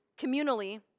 communally